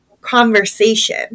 conversation